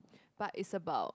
but is about